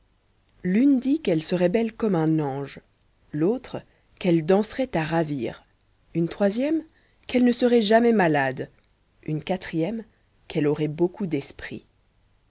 l'une dit qu'elle serait belle comme un ange l'autre qu'elle danserait à ravir une troisième qu'elle ne serait jamais malade une quatrième qu'elle aurait beaucoup d'esprit